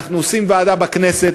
אנחנו עושים ועדה בכנסת,